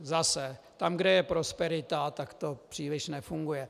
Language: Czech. Zase tam, kde je prosperita, tak to příliš nefunguje.